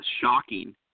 shocking